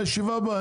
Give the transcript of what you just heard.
לישיבה הבאה.